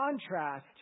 contrast